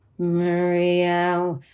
Maria